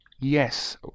Yes